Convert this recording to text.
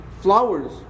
flowers